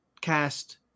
cast